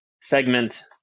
segment